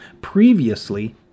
previously